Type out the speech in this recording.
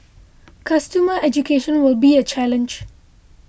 consumer education will be a challenge